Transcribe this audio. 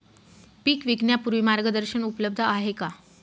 पीक विकण्यापूर्वी मार्गदर्शन उपलब्ध आहे का?